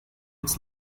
its